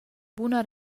buna